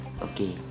okay